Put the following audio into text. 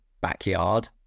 backyard